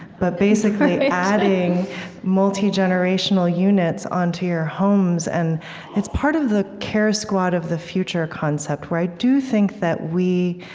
but, basically, adding multigenerational units onto your homes. and it's part of the care squad of the future concept, where i do think that we're